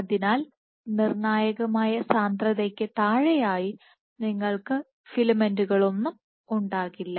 അതിനാൽ നിർണായകമായ സാന്ദ്രതയ്ക്ക് താഴെയായി നിങ്ങൾക്ക് ഫിലമെന്റുകളൊന്നും ഉണ്ടാകില്ല